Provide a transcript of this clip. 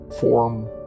form